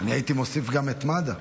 אני הייתי מוסיף גם את מד"א.